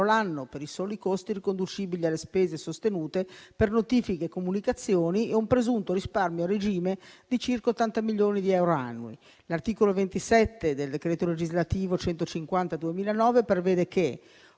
l'anno per i soli costi riconducibili alle spese sostenute per notifiche e comunicazioni e un presunto risparmio a regime di circa 80 milioni di euro annui. L'articolo 27 del decreto legislativo n. 150 del 2009 prevede che